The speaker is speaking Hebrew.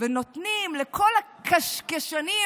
ונותנים לכל הקשקשנים